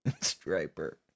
Striper